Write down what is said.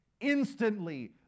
Instantly